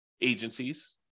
agencies